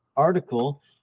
article